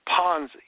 Ponzi